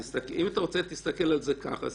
אם אתה רוצה להסתכל על זה ככה,